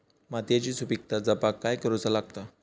मातीयेची सुपीकता जपाक काय करूचा लागता?